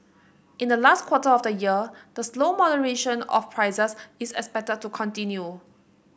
in the last quarter of the year the slow moderation of prices is expected to continue